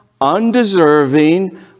undeserving